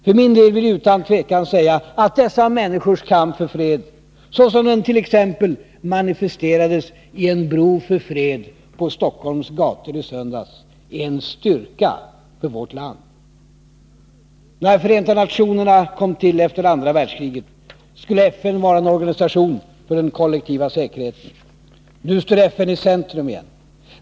För min del vill jag utan tvekan säga att dessa människors kamp för fred, såsom den t.ex. manifesterades i en bro för fred på Stockholms gator i söndags, är en styrka för vårt land. När Förenta nationerna kom till efter andra världskriget, skulle FN vara en organisation för den kollektiva säkerheten. Nu står FN i centrum igen.